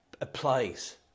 applies